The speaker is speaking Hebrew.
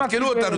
אני לא מבין אותך.